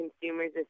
Consumers